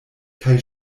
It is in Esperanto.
kaj